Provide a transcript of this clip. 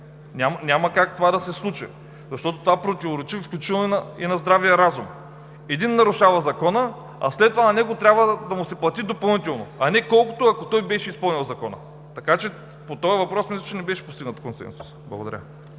Няма как това да се случи, защото противоречи включително и на здравия разум. Един нарушава закона, а след това на него трябва да му се плати допълнително, а не колкото, ако той беше изпълнил закона. По този въпрос мисля, че не беше постигнат консенсус. Благодаря.